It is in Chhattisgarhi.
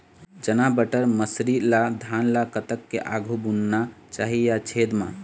चना बटर मसरी ला धान ला कतक के आघु बुनना चाही या छेद मां?